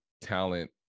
talent